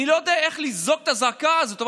אני לא יודע איך לזעוק את הזעקה הזאת,